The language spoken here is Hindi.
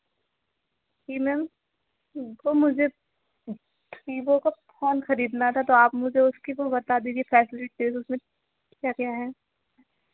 जी मैम वो मुझे विवो का फ़ोन खरीदना था तो आप मुझे उसकी कोई बता दीजिए फैसलिटीज़ उसमें क्या क्या है